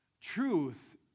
Truth